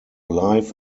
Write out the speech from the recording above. life